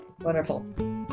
wonderful